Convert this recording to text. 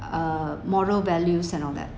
uh moral values and all that